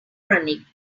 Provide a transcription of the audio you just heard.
running